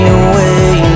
away